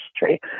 history